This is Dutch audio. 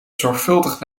zorgvuldig